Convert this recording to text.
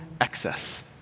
excess